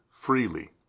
freely